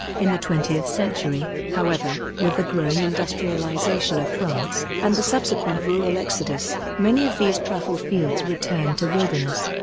in the twentieth century, however, with the growing industrialization of france and the subsequent rural exodus, many of these truffle fields returned to wilderness.